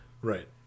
Right